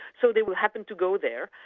so they will happen to go there.